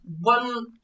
One